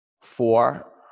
Four